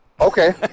Okay